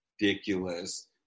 ridiculous